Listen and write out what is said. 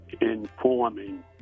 informing